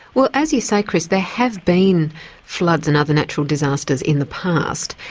well as you say, chris, there has been floods and other natural disasters in the past.